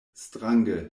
strange